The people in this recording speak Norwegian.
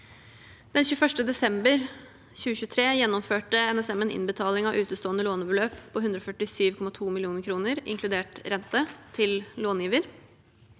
Den 21. desember 2023 gjennomførte NSM en innbetaling av utestående lånebeløp på 147,2 mill. kr, inkludert renter, til långiver.